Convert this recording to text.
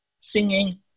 singing